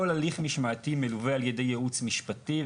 כל הליך משמעתי מלווה על ידי ייעוץ משפטי,